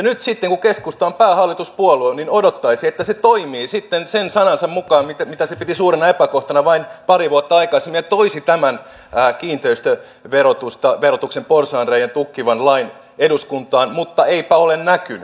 nyt sitten kun keskusta on päähallituspuolue odottaisi että se toimii sitten sen sanansa mukaan siinä mitä se piti suurena epäkohtana vain pari vuotta aikaisemmin ja toisi tämän kiinteistöverotuksen porsaanreiän tukkivan lain eduskuntaan mutta eipä ole näkynyt